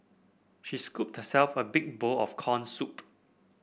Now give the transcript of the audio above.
she scooped herself a big bowl of corn soup